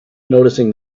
noticing